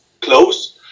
close